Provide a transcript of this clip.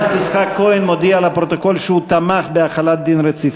שהוא תמך בהחלת דין רציפות.